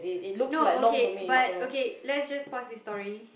no okay but okay let's just pause this story